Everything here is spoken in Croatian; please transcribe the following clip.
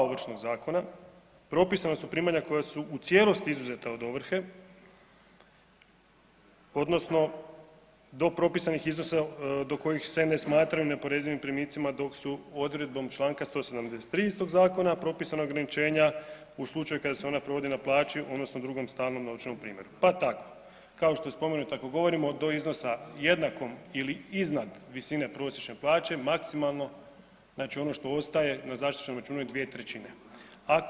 Ovršnog zakona propisana su primanja koja su u cijelosti izuzeta od ovrhe, odnosno do propisanih iznosa do kojih se ne smatraju neoporezivim primicima dok su odredbom čl. 173. istog zakona propisana ograničenja u slučaju kada se ona provodi na plaći, odnosno drugom stalnom novčanom primjeru, pa tako, kao što je spomenuto, ako govorimo do iznosa jednakom ili iznad visine prosječne plaće, maksimalno, znači ono što ostaje na zaštićenom računu je 2/